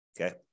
okay